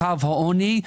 בעפולה 17% מתחת לקו העוני,